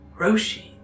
Roshi